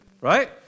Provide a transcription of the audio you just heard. Right